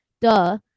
duh